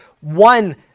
one